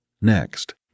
next